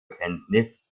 kenntnis